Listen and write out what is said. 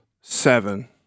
seven